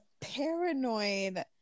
paranoid